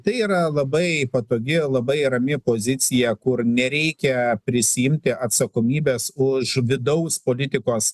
tai yra labai patogi labai rami pozicija kur nereikia prisiimti atsakomybės už vidaus politikos